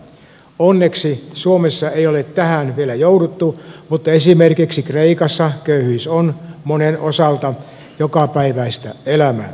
onneksi suomessa ei ole tähän vielä jouduttu mutta esimerkiksi kreikassa köyhyys on monen osalta jokapäiväistä elämää